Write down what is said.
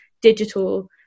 digital